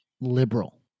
liberal